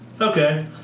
Okay